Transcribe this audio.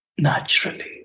Naturally